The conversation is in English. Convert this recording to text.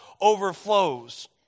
overflows